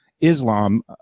Islam